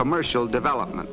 commercial development